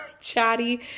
chatty